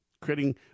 creating